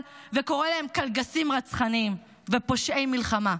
וקורא להם קלגסים רצחניים ופושעי מלחמה.